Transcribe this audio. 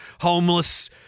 homeless